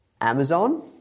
Amazon